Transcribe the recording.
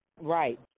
Right